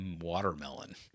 watermelon